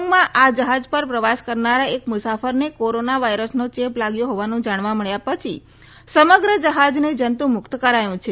હોંગકોંગમાં આ જહાજ પર પ્રવાસ કરનારા એક મુસાફરને કોરોના વાયરસનો ચેપ લાગ્યો હોવાનું જાણવા મળ્યા પછી સમગ્ર જ્હાજને જંતુ મુકત કરાયું છે